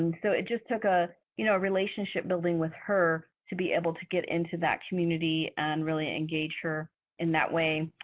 and so it just took a you know relationship building with her to be able to get into that community and really engage her in that way.